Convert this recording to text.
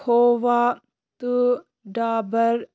کھوا تہٕ ڈابر